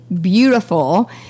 beautiful